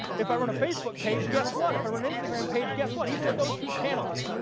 if i run a facebook page guess what? if i run instagram page guess what? even with those two channels,